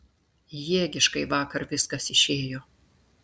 jėgiškai vakar viskas išėjo